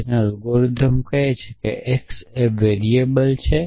આપણું એલ્ગોરિધમ કહેશે કે x એ વેરિયેબલ છે